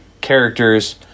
characters